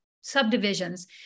subdivisions